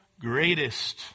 greatest